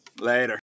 Later